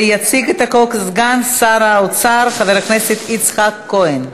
ויציג אותה סגן שר האוצר חבר הכנסת יצחק כהן.